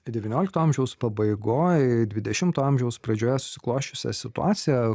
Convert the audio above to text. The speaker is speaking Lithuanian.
devyniolikto amžiaus pabaigoj dvidešimto amžiaus pradžioje susiklosčiusią situaciją